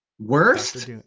Worst